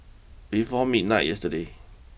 before midnight yesterday